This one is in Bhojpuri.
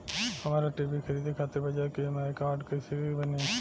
हमरा टी.वी खरीदे खातिर बज़ाज़ के ई.एम.आई कार्ड कईसे बनी?